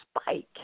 spike